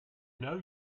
know